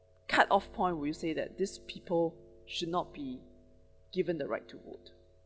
cut off point will you say that these people should not be given the right to vote